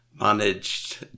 managed